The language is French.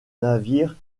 navires